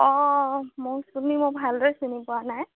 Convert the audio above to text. অঁ মোক তুমি মোক ভালদৰে চিনি পোৱা নাই